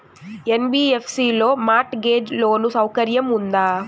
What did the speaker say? NBFC లో mortgage loan సౌకర్యం ఉందా?